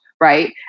right